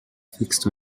fixed